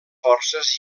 forces